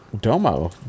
Domo